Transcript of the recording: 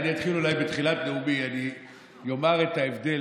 אני אתחיל אולי בתחילת נאומי ואני אומר את ההבדל,